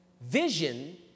Vision